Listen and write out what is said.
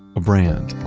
a brand,